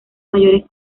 mayores